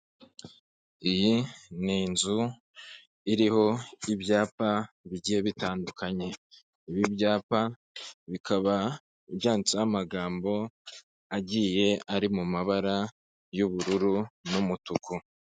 Iyi ni inzu iriho ibyapa bigiye bitandukanye, ibi byapa bikaba byanditseho amagambo agiye ari mabara y'ubururu n'umutuku.